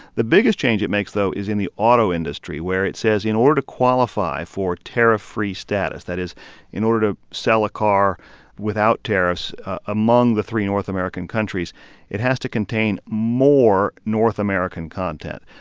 the biggest change it makes, though, is in the auto industry, where it says in order to qualify for tariff-free status that is in order to sell a car without tariffs among the three north american countries it has to contain more north american content.